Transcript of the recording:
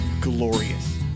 glorious